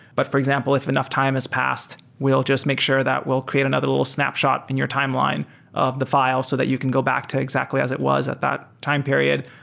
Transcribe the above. but for example, if enough time has passed, we'll just make sure that will create another little snapshot in your timeline of the file, so that you can go back to exactly as it was at that time period.